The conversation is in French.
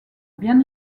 bien